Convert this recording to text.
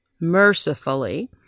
mercifully